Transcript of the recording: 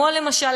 למשל,